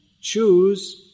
choose